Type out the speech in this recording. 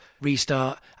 Restart